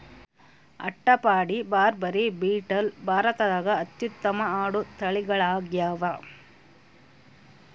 ಅಟ್ಟಪಾಡಿ, ಬಾರ್ಬರಿ, ಬೀಟಲ್ ಭಾರತದಾಗ ಅತ್ಯುತ್ತಮ ಆಡು ತಳಿಗಳಾಗ್ಯಾವ